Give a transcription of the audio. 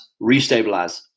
restabilize